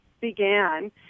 began